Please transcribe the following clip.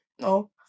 No